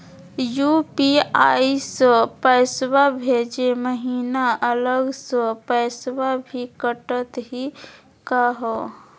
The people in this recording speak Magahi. यू.पी.आई स पैसवा भेजै महिना अलग स पैसवा भी कटतही का हो?